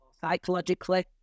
psychologically